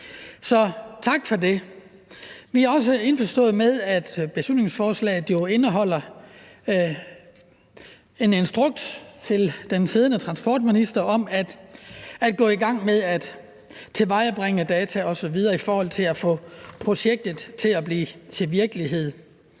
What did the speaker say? Så tak for det. Vi er også indforstået med, at beslutningsforslaget indeholder en instruks til den siddende transportminister om at gå i gang med at tilvejebringe data osv. i forhold til at få projektet til at blive til virkelighed.